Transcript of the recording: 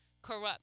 corrupt